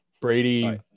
Brady